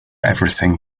everything